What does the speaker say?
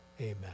amen